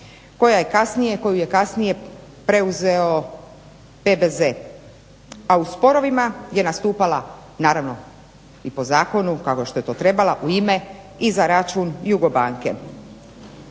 koju je kasnije preuzeo PBZ, a u sporovima je nastupala naravno i po zakonu kao što je to trebala u ime i za račun JUGOBANKE.